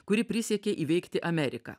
kuri prisiekė įveikti ameriką